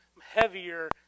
heavier